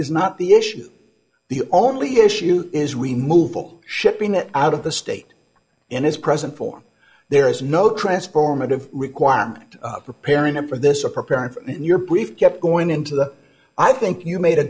is not the issue the only issue is remove all shipping it out of the state in its present form there is no transformative requirement preparing them for this or preparing for your brief kept going into the i think you made a